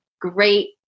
great